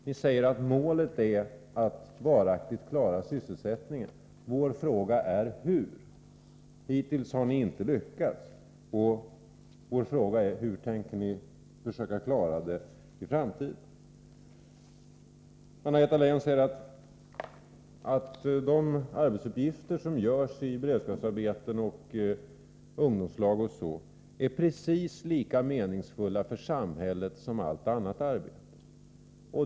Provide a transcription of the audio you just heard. Ni säger att målet är att varaktigt klara sysselsättningen. Vår fråga är: Hur? Hittills har ni inte lyckats. Hur tänker ni försöka klara den i framtiden? Anna-Greta Leijon säger att de arbetsuppgifter som utförs i beredskapsarbeten och ungdomslag osv. är precis lika meningsfulla för samhället som allt annat arbete.